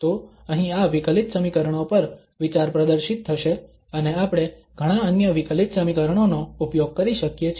તો અહીં આ વિકલિત સમીકરણો પર વિચાર પ્રદર્શિત થશે અને આપણે ઘણા અન્ય વિકલિત સમીકરણો નો ઉપયોગ કરી શકીએ છીએ